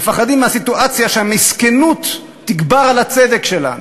מפחדים מהסיטואציה שהמסכנות תגבר על הצדק שלנו.